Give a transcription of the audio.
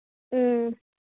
ꯎꯝ